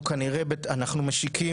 תודה למנכ"ל הכנסת חברי מר גיל סגל,